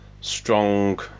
strong